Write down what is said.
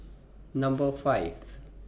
Number five